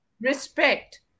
respect